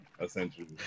essentially